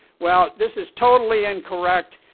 well, this is totally incorrect,